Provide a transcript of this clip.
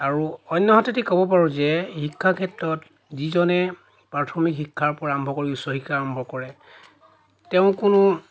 আৰু অন্য হাতেদি কব পাৰোঁ যে শিক্ষা ক্ষেত্ৰত যিজনে প্ৰাথমিক শিক্ষাৰ পৰা আৰম্ভ কৰি উচ্চশিক্ষা আৰম্ভ কৰে তেওঁ কোনো